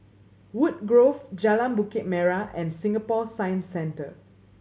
Woodgrove Jalan Bukit Merah and Singapore Science Centre